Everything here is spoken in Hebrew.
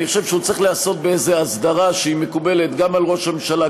אני חושב שהוא צריך להיעשות באיזו הסדרה שמקובלת גם על ראש הממשלה,